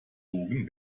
bogen